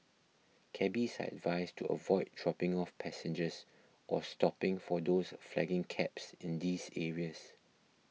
cabbies are advised to avoid dropping off passengers or stopping for those flagging cabs in these areas